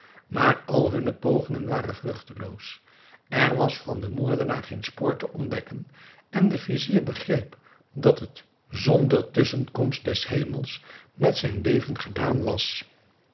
maar al hunne pogingen waren vruchteloos er was van den moordenaar geen spoor te ontdekken en de vizier begreep dat het zonder tusschenkomst des hemels met zijn leven gedaan was